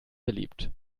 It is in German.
beliebt